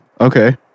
Okay